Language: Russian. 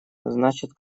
значит